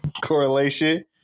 correlation